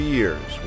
years